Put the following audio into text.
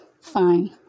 Fine